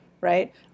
right